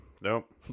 Nope